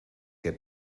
que